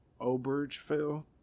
Obergefell